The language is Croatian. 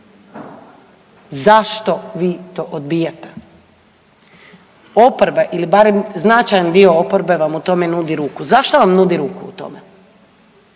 zašto vi to odbijate. Oporba ili barem značajan dio oporbe vam u tome nudi ruku. Zašto vam nudi ruku u tome?